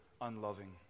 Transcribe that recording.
unloving